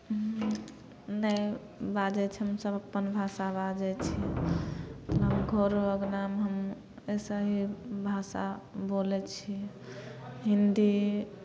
नहि बाजै छी हमसभ अप्पन भाषा बाजै छी हम घरो अङ्गनामे हम अइसे ही भाषा बोलै छी हिंदी